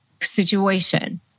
situation